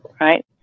Right